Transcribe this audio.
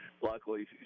luckily